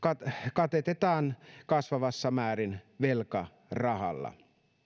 katetaan kasvavassa määrin velkarahalla